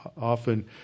often